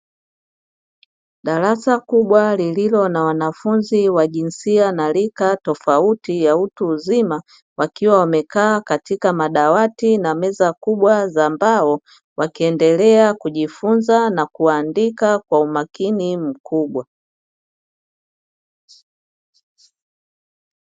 Darasa kubwa lililo na wanafunzi na jinsia na rika tofauti ya utu uzima, wakiwa wamekaa katika madawati na meza kubwa za mbao wakiendelea kujifunza na kuandika kwa umakini mkubwa.